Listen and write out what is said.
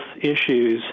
issues